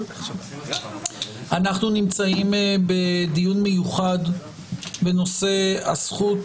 אנחנו נמצאים בדיון מיוחד בנושא הזכות